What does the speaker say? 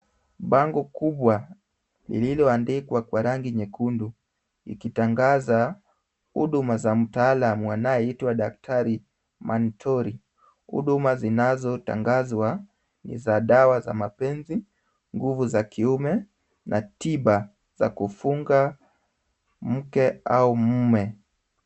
Bango kubwa lililoandikwa kwa rangi nyekundu ikitangaza huduma za mtaalamu anayeitwa daktari Mantori. Huduma zinazotangazwa ni za dawa za mapenzi, nguvu za kiume na tiba za kufunga mke au mume.